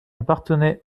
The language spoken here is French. appartenait